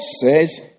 says